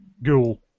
ghoul